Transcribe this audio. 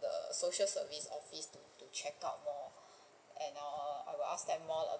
the social service office to to check out lor and I will ask them lor